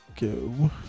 go